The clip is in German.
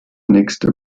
nächste